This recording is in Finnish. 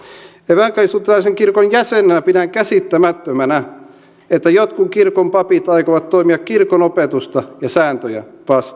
evankelisluterilaisen kirkon jäsenenä pidän käsittämättömänä että jotkut kirkon papit aikovat toimia kirkon opetusta ja sääntöjä vastaan